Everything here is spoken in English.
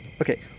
Okay